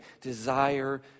Desire